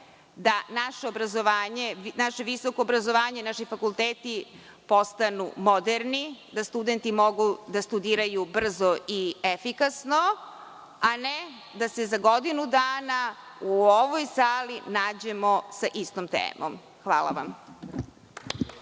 da naše visoko obrazovanje, naši fakulteti postanu moderni, da studenti mogu da studiraju brzo i efikasno, a ne da se za godinu dana u ovoj sali nađemo sa istom temom. Hvala vam.